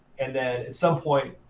and then, at some point,